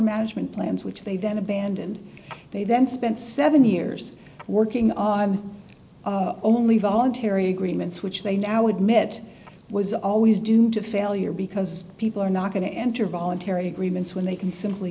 management plans which they then abandoned they then spent seven years working on only voluntary agreements which they now admit was always doomed to failure because people are not going to enter voluntary agreements when they can simply